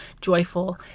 joyful